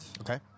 Okay